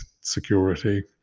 security